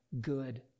good